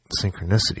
synchronicity